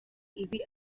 ibi